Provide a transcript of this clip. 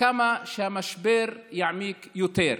ככה המשבר יעמיק יותר.